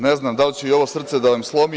Ne znam da li će i ovo srce da vam slomi.